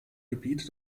gebiet